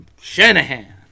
Shanahan